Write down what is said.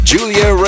Julia